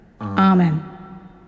Amen